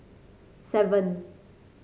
seven